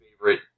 favorite